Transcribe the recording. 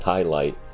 Highlight